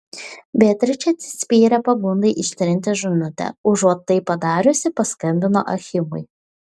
beatričė atsispyrė pagundai ištrinti žinutę užuot tai padariusi paskambino achimui